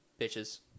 bitches